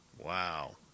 Wow